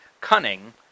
cunning